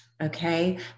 Okay